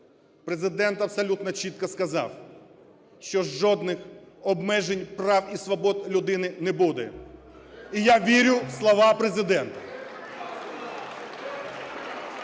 Президент абсолютно чітко сказав, що жодних обмежень прав і свобод людини не буде. І я вірю в слова Президента.